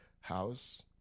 house